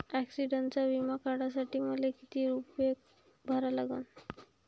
ॲक्सिडंटचा बिमा काढा साठी मले किती रूपे भरा लागन?